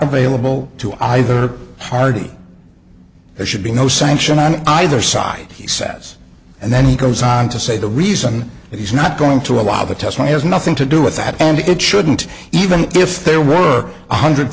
available to either party there should be no sanction on either side he says and then he goes on to say the reason that he's not going to allow the testing has nothing to do with that and it shouldn't even if their work one hundred